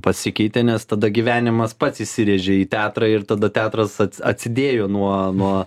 pasikeitė nes tada gyvenimas pats įsirėžė į teatrą ir tada teatras atsidėjo nuo nuo